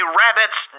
rabbit's